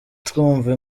twumva